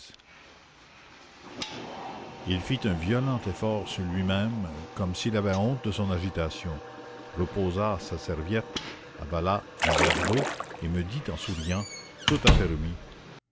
il fit un violent effort sur lui-même comme s'il avait honte de son agitation reposa sa serviette avala un verre d'eau et me dit en souriant tout à fait remis